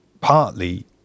partly